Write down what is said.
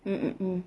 mm mm mm